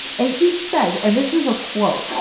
and he says and this is a quote.